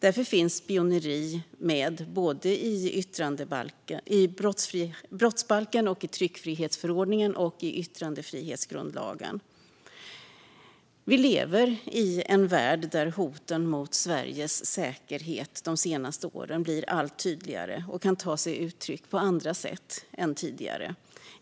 Därför finns spioneri med både i brottsbalken och i tryckfrihetsförordningen och yttrandefrihetsgrundlagen. Vi lever i en värld där hoten mot Sveriges säkerhet de senaste åren blivit allt tydligare och kan ta sig uttryck på andra sätt än tidigare.